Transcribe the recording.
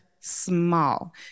small